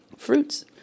Fruits